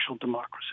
democracy